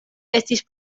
estis